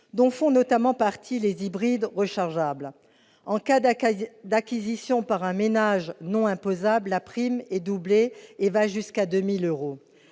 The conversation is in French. dont font notamment partie les véhicules hybrides rechargeables. En cas d'acquisition par un ménage non imposable, la prime est doublée et va jusqu'à 2 000 euros.